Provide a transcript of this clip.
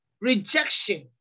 rejection